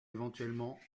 éventuellement